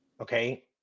Okay